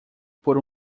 por